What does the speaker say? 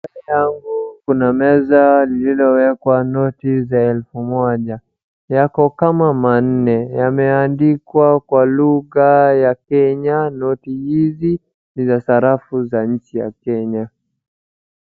Mbele yangu kuna meza lilowekwa noti za elfu moja. Yako kama manne yameandikwa kwa lugha ya Kenya. Noti hizi ni za sarafu za nchi ya Kenya.